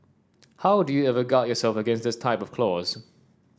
how do you ever guard yourself against this type of clause